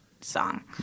song